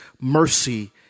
mercy